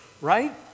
right